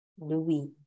Louis